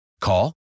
Call